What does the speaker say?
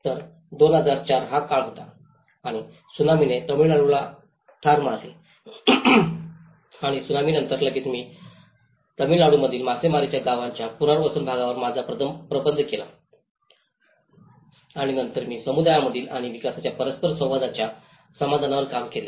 तर 2004 चा काळ होता आणि त्सुनामीने तमिळनाडूला ठार मारले आणि त्सुनामीनंतर लगेचच मी तमिळनाडूमधील मासेमारीच्या गावांच्या पुनर्वसन भागावर माझा प्रबंध केला आणि नंतर मी समुदायामधील आणि विकासाच्या परस्पर संवादांच्या समाधानावर काम केले